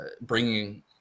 bringing